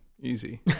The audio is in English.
Easy